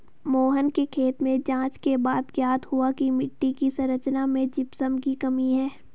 मोहन के खेत में जांच के बाद ज्ञात हुआ की मिट्टी की संरचना में जिप्सम की कमी है